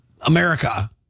America